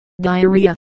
diarrhea